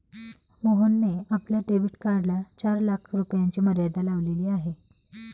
मोहनने आपल्या डेबिट कार्डला चार लाख रुपयांची मर्यादा लावलेली आहे